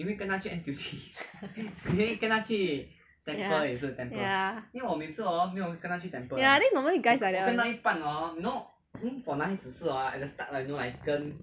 ya ya ya I think normally guys like that one